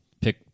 pick